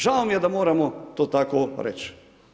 Žao mi je da moramo to tako reći.